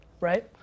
right